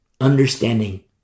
understanding